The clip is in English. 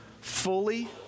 fully